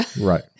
Right